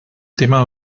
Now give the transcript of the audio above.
tema